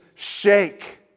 Shake